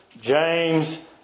James